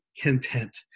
content